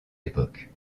époque